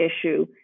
issue